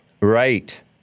Right